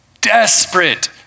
desperate